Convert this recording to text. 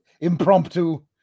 impromptu